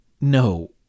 No